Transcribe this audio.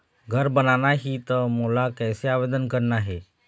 घर बनाना ही त मोला कैसे आवेदन करना हे?